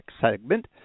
segment